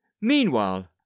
Meanwhile